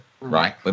right